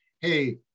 hey